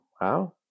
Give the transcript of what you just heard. wow